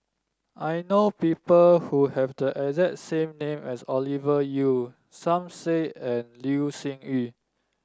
I know people who have the exact same name as Ovidia Yu Som Said and Loh Sin Yun